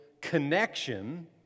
connection